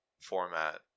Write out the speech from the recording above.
format